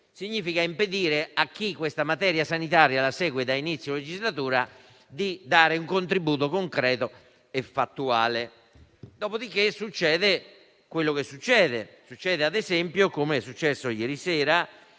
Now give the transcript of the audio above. significa impedire a chi questa materia sanitaria la segue da inizio legislatura di dare un contributo concreto e fattuale. Dopodiché, succede quello che succede. Succede ad esempio, come è capitato ieri sera,